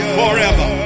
forever